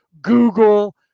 Google